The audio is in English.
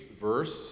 verse